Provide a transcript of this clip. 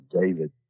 David